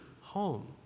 home